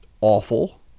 awful